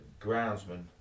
groundsman